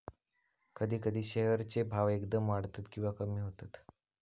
कधी कधी शेअर चे भाव एकदम वाढतत किंवा कमी होतत